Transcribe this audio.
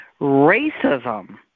Racism